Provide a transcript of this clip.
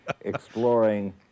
exploring